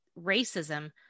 racism